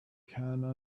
can